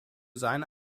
seine